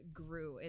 grew